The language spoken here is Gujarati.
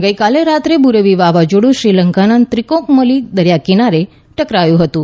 ગઈકાલે રાત્રે બુરેવી વાવાઝોડું શ્રીલંકાના ત્રિંકોમાલી દરિયાકિનારે ટકરાયું હતું